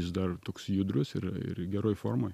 jis dar toks judrus ir ir geroj formoj